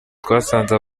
twasanze